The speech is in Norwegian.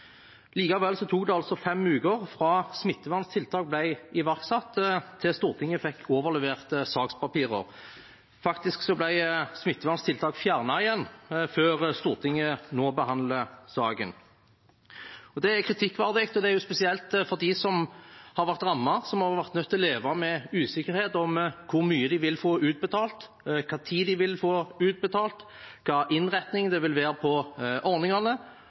Likevel tok det fem uker fra smitteverntiltak ble iverksatt, til Stortinget fikk overlevert sakspapirer. Faktisk ble smitteverntiltak fjernet igjen før Stortinget nå behandler saken. Det er kritikkverdig, og det er det spesielt for dem som har vært rammet, som har vært nødt til å leve med usikkerhet om hvor mye de vil få utbetalt, når de vil få utbetalt, hvilken innretning det vil være på ordningene,